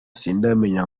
sindamenya